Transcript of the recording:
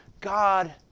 God